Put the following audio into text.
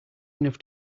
enough